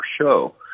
show